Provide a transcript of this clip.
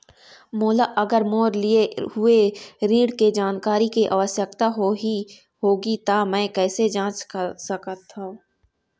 मोला अगर मोर लिए हुए ऋण के जानकारी के आवश्यकता होगी त मैं कैसे जांच सकत हव?